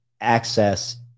access